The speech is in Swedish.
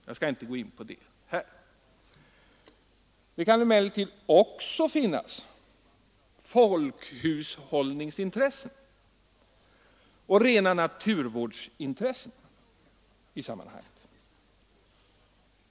Jag skall inte här gå in på det. Det kan emellertid också föreligga folkhushållningsintressen och rena naturvårdsintressen i sammanhanget.